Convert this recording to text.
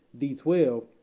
D12